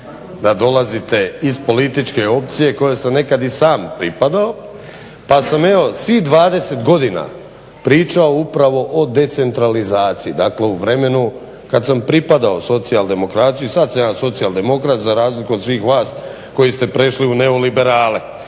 da dolazite iz političke opcije kojoj sam nekad i sam pripadao pa sam evo svih 20 godina pričao upravo o decentralizaciji, dakle u vremenu kada sam pripadao socijaldemokraciji. Sada sam je socijaldemokrat za razliku od svih vas koji ste prešli u neoliberale,